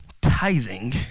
tithing